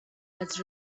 was